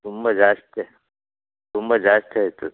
ತುಂಬ ಜಾಸ್ತಿ ತುಂಬ ಜಾಸ್ತಿ ಆಯಿತು